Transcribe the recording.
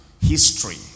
History